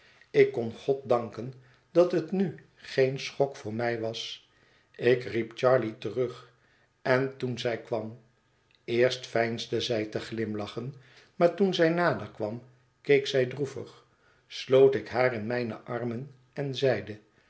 ik kon god danken dat het nu geen schok voor mij was ik riep charley terug en toen zij kwam eerst veinsde zij te glimlachen maar toen zij nader kwam keek zij droevig sloot ik haar in mijne armen en zeide